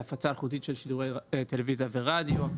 להפצה אלחוטית של שידורי טלוויזיה ורדיו,